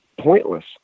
pointless